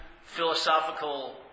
philosophical